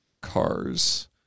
cars